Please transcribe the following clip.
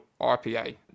IPA